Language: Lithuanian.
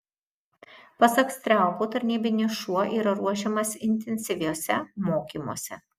pasak striaupio tarnybinis šuo yra ruošiamas intensyviuose mokymuose